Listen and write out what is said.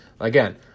again